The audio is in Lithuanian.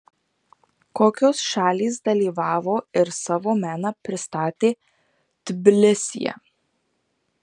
kokios šalys dalyvavo ir savo meną pristatė tbilisyje